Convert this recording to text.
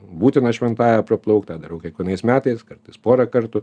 būtina šventąją praplaukt tą darau kiekvienais metais kartais porą kartų